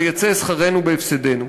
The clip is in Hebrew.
ויצא שכרנו בהפסדנו.